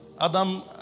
Adam